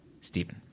Stephen